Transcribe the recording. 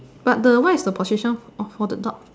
but the what is the position for for the dog